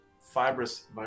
Fibrous